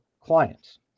clients